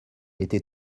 était